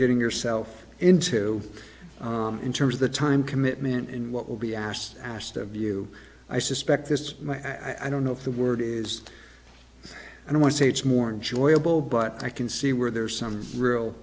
getting yourself into in terms of the time commitment and what will be asked asked of you i suspect this i don't know if the word is i don't want to say it's more enjoy able but i can see where there are some real